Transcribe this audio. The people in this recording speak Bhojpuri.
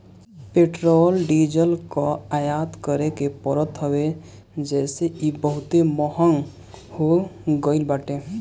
पेट्रोल डीजल कअ आयात करे के पड़त हवे जेसे इ बहुते महंग हो गईल बाटे